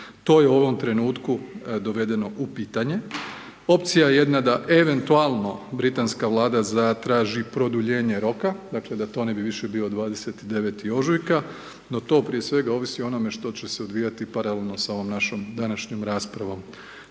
To je u ovom trenutku dovedeno u pitanje, opcija je jedna, da eventualno britanska Vlada zatraži produljenje roka, dakle, da to ne bi više bio 29. ožujka, no to prije svega ovisi o onome što će se odvijati paralelno sa ovom našom današnjom raspravom